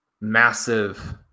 massive